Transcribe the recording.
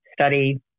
study